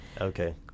Okay